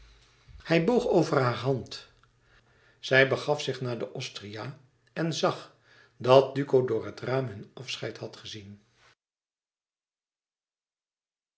hij boog over hare hand zij begaf zich naar de osteria en zag dat duco door het raam hun afscheid had gezien